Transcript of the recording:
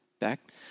back